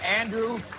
Andrew